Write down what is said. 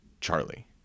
Charlie